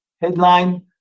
headline